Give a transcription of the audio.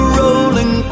rolling